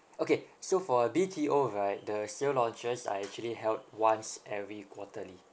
okay so for a B_T_O right the sale launches are actually held once every quarterly